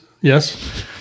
yes